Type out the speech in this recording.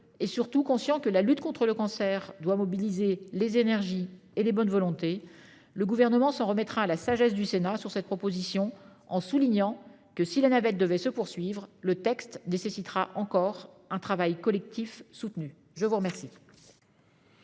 et, surtout, conscient que la lutte contre le cancer doit mobiliser les énergies et les bonnes volontés, le Gouvernement s'en remettra à la sagesse du Sénat sur cette proposition de loi, en soulignant que, si la navette devait se poursuivre, le texte nécessitera encore un travail collectif soutenu. La parole